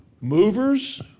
movers